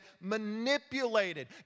Manipulated